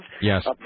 Yes